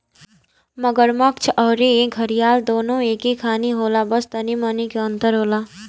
मगरमच्छ अउरी घड़ियाल दूनो एके खानी होला बस तनी मनी के अंतर होला